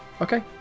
Okay